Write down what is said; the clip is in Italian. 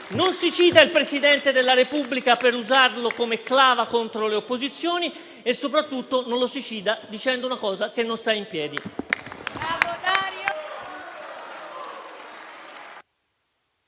Non si cita il Presidente della Repubblica per usarlo come clava contro le opposizioni e soprattutto non lo si cita dicendo una cosa che non sta in piedi.